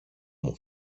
μου